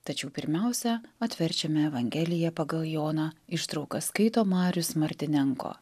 tačiau pirmiausia atverčiame evangeliją pagal joną ištraukas skaito marius martinenko